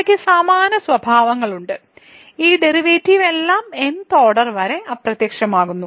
അവയ്ക്ക് സമാന സ്വഭാവങ്ങളുണ്ട് ഈ ഡെറിവേറ്റീവ് എല്ലാം nth ഓർഡർ വരെ അപ്രത്യക്ഷമാകുന്നു